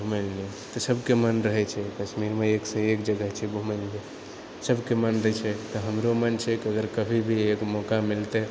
घुमए लए तऽ सभके मन रहैत छै कश्मीरमे एकसँ एक जगह छै घुमए लए सभकेँ मन रहैत छै तऽ हमरो मन रहैत छै कि अगर कभी कभी एक मौका मिलतै